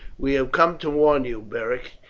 we have come to warn you, beric.